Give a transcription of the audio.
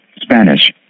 Spanish